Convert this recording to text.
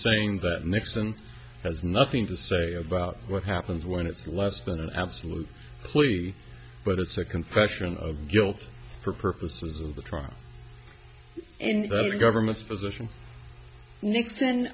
saying that nixon has nothing to say about what happens when it's less than an absolute plea but it's a confession of guilt for purposes of the trial in the federal government's position nixon